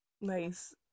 Nice